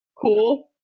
Cool